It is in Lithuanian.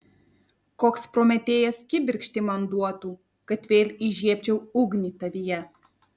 koks prometėjas kibirkštį man duotų kad vėl įžiebčiau ugnį tavyje